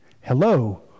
Hello